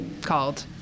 called